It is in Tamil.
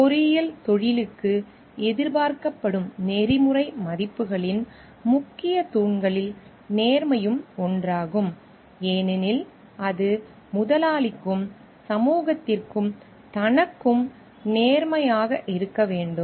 எனவே பொறியியல் தொழிலுக்கு எதிர்பார்க்கப்படும் நெறிமுறை மதிப்புகளின் முக்கிய தூண்களில் நேர்மையும் ஒன்றாகும் ஏனெனில் அது முதலாளிக்கும் சமூகத்திற்கும் தனக்கும் நேர்மையாக இருக்க வேண்டும்